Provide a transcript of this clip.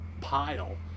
pile